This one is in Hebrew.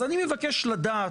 לכן אני מבקש לדעת,